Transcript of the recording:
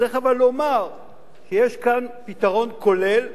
אבל צריך לומר שיש כאן פתרון כולל,